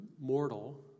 mortal